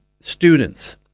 students